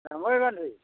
ডাঙৰি বান্ধি